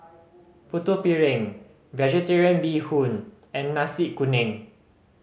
Putu Piring Vegetarian Bee Hoon and Nasi Kuning